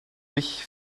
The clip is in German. durch